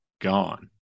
gone